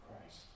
Christ